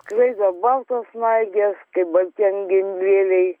skraido baltos snaigės kaip balti angelėliai